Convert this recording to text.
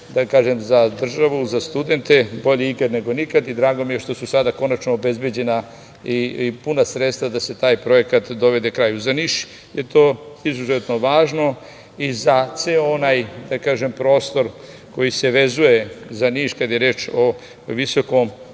za državu, za studente bolje ikad nego nikad i drago mi je što su sada konačno obezbeđena i puna sredstva da se taj projekat dovede kraju. Za Niš je to izuzetno važno i za ceo onaj prostor koji se vezuje za Niš kada je reč o visokom